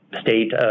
state